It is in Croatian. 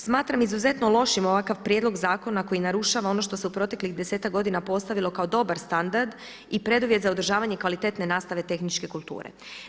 Smatram izuzetno lošim ovakav prijedlog zakona koji narušava ono što se u proteklih 10ak godina postavilo kao dobar standard i preduvjet za održavanje kvalitetne nastave tehničke kulture.